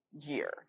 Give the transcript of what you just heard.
year